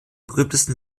berühmtesten